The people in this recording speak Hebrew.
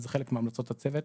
זה חלק מהמלצות הצוות